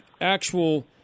actual